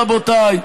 רבותיי,